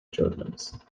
germans